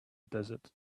desert